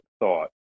thought